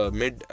mid